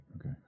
Okay